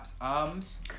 arms